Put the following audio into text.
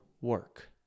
work